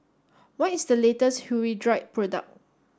what is the latest Hirudoid product